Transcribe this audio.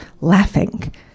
laughing